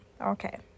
okay